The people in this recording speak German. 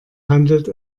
handelt